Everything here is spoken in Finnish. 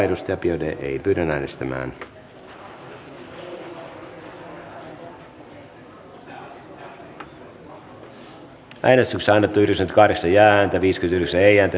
eva biaudet on johanna ojala niemelän kannattamana ehdottanut että pykälä hyväksytään vastalauseen mukaisena